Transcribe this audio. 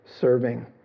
serving